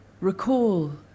Recall